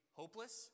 hopeless